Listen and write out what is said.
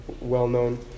well-known